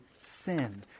sin